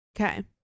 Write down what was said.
Okay